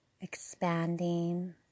expanding